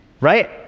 right